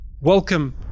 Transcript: Welcome